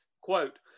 Quote